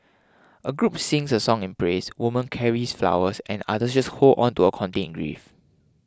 a group sings a song in praise woman carries flowers and others just hold on to a contained grief